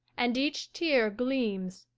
and each tear gleams,